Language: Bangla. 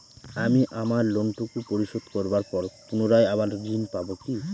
আমি আমার লোন টুকু পরিশোধ করবার পর পুনরায় আবার ঋণ পাবো কি?